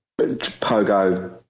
Pogo